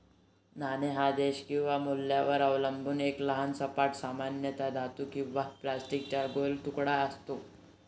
नाणे हा देश किंवा मूल्यावर अवलंबून एक लहान सपाट, सामान्यतः धातू किंवा प्लास्टिकचा गोल तुकडा असतो